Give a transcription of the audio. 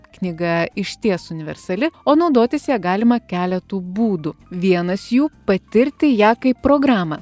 knyga išties universali o naudotis ja galima keletu būdų vienas jų patirti ją kaip programą